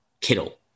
Kittle